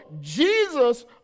Jesus